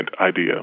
idea